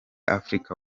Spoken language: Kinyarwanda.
africa